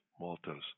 maltose